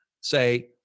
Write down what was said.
Say